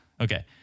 Okay